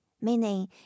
meaning